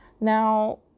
Now